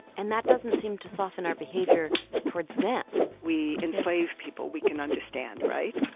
and that doesn't seem to soften our behavior towards them we enslave people we can understand, right?